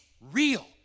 real